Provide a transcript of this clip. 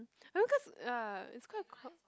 I think cause ya it's quite crow~